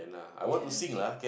yes